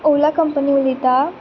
Ola company उलयता